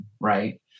right